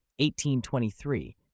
1823